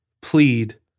plead